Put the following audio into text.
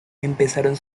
empezaron